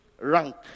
rank